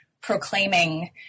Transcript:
proclaiming